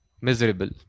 miserable